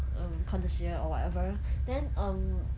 um connoisseur or whatever then um